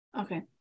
Okay